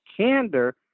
candor